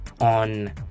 on